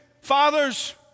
Fathers